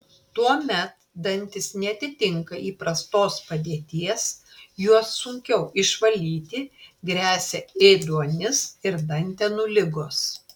tuomet dantys neatitinka įprastos padėties juos sunkiau išvalyti gresia ėduonis ir dantenų ligos